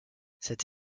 cette